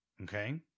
okay